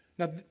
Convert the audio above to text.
Now